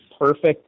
perfect